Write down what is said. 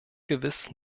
gewiss